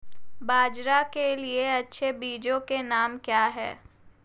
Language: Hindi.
बाजरा के लिए अच्छे बीजों के नाम क्या हैं?